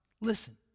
Listen